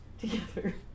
together